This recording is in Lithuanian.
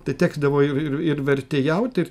tai tekdavo ir ir ir vertėjaut ir